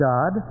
God